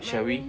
shall we